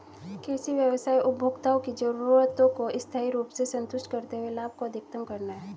कृषि व्यवसाय उपभोक्ताओं की जरूरतों को स्थायी रूप से संतुष्ट करते हुए लाभ को अधिकतम करना है